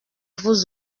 vous